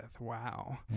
Wow